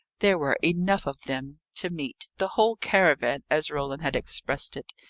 there were enough of them to meet the whole caravan, as roland had expressed it.